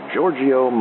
Giorgio